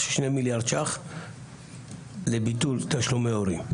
שני מיליארד ₪ לביטול תשלומי ההורים,